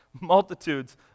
Multitudes